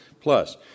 plus